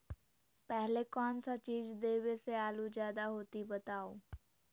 पहले कौन सा चीज देबे से आलू ज्यादा होती बताऊं?